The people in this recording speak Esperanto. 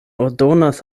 ordonas